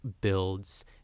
builds